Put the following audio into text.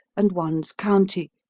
and one's county,